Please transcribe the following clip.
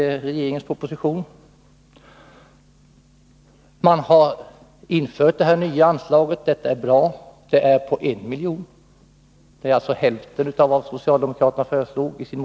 Det sägs ingenting om en promille m.m. i propositionen. Det nya anslaget på 1 milj.kr. är bra. Det är alltså hälften av vad socialdemokraterna föreslog i fjol.